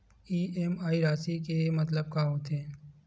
EMI राशि के मतलब का होथे?